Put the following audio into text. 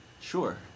Sure